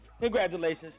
Congratulations